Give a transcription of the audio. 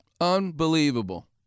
Unbelievable